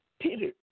Peter